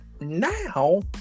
Now